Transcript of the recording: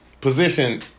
position